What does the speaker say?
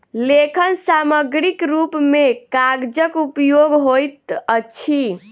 लेखन सामग्रीक रूप मे कागजक उपयोग होइत अछि